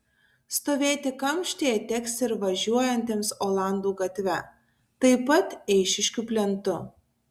stovėti kamštyje teks ir važiuojantiems olandų gatve taip pat eišiškių plentu